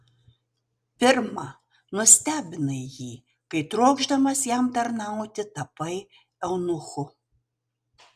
pirma nustebinai jį kai trokšdamas jam tarnauti tapai eunuchu